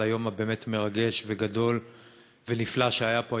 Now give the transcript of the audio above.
על היום באמת מרגש וגדול ונפלא שהיה פה.